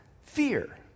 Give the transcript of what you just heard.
fear